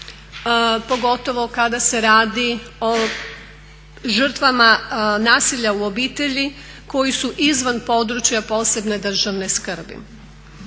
pogotovo kada se radi o žrtvama nasilja u obitelji koji su izvan PPDS-a. To je jedna mjera